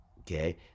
okay